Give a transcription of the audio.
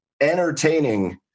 entertaining